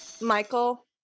Michael